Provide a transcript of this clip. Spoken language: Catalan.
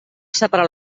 separar